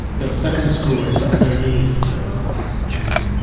the second screw is underneath the tank.